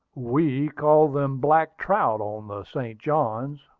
we call them black trout on the st. johns,